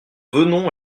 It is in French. venons